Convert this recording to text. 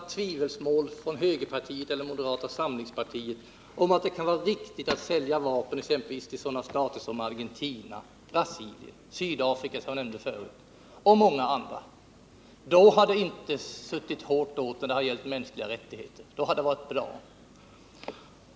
Det har aldrig från högerpartiet eller moderata samlingspartiet framförts några tvivel på att det kan vara riktigt att sälja vapen till sådana stater som Argentina, Brasilien, Sydafrika och många andra. Då har det inte varit tal om mänskliga rättigheter! Då har det varit bra.